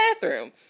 bathroom